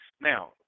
Now